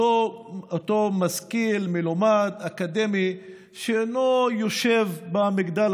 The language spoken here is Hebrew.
אותו משכיל מלומד אקדמי שאינו יושב במגדל